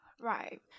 Right